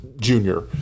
junior